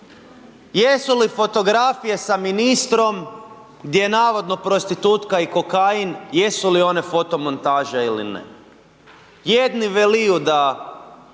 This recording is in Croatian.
jesu li fotografije sa ministrom gdje navodno prostitutka i kokain, jesu li one fotomontaža ili ne, jedni veliju da